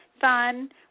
fun